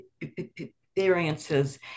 experiences